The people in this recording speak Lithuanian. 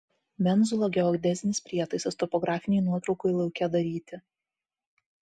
menzula geodezinis prietaisas topografinei nuotraukai lauke daryti